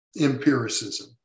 Empiricism